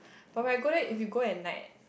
but when I go there if you go and like